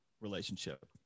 relationship